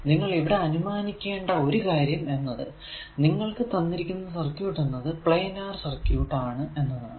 നിങ്ങൾ ഇവിടെ അനുമാനിക്കേണ്ട ഒരു കാര്യം എന്നത് നിങ്ങൾക്കു തന്നിരിക്കുന്ന സർക്യൂട് എന്നത് പ്ലാനാർ സർക്യൂട് ആണ് എന്നതാണ്